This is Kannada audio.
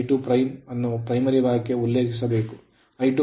I2ಅನ್ನು primary ಭಾಗಕ್ಕೆ ಉಲ್ಲೇಖಿಸಬೇಕು